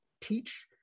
teach